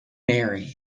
marry